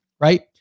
right